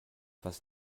weiß